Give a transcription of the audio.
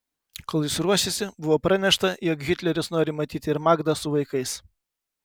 kol jis ruošėsi buvo pranešta jog hitleris nori matyti ir magdą su vaikais